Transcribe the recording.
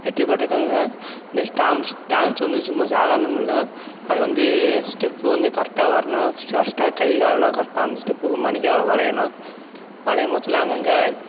வெற்றிப் பெற்றிருக்காங்க இந்த டான்ஸ் டான்ஸ் வந்து சும்மா சாதாரணமில்லை அது வந்து ஸ்டெப்பு வந்து கரெட்டாக வரணும் லாஸ்ட்டாக கை காலெல்லாம் கரெட்டாக அந்த ஸ்டெப்புக்கு மாரிக்கே வளையணும் வளைய போதுலாம் அங்கங்கே